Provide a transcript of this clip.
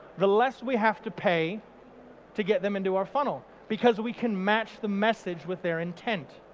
the less we have to pay to get them into our funnel because we can match the message with their intent.